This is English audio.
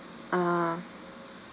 ah